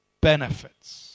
benefits